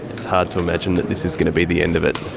it's hard to imagine this is going to be the end of it.